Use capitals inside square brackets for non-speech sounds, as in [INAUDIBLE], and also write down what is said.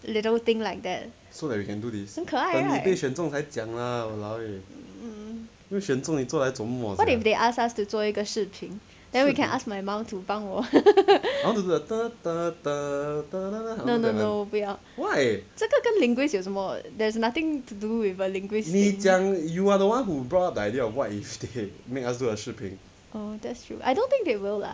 little thing like that 很可爱 right mm what if they ask us do 一个视频 then we can ask my mum to 帮我 [LAUGHS] no no no 不要这个跟 linguists 有什么 there's nothing to do with a linguist I don't think they will lah